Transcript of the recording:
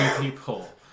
people